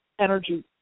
energy